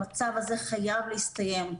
המצב הזה חייב להסתיים.